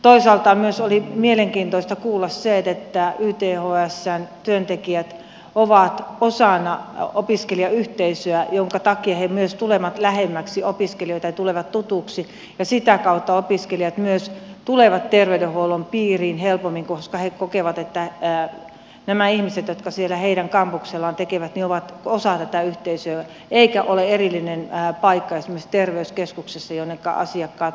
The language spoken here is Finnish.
toisaalta myös oli mielenkiintoista kuulla se että ythsn työntekijät ovat osana opiskelijayhteisöä minkä takia he myös tulevat lähemmäksi opiskelijoita ja tulevat tutuiksi ja sitä kautta opiskelijat myös tulevat terveydenhuollon piiriin helpommin koska he kokevat että nämä ihmiset jotka siellä heidän kampuksellaan tätä työtä tekevät ovat osa tätä yhteisöä eikä ole erillinen paikka esimerkiksi terveyskeskuksessa jonneka asiakkaat ohjautuvat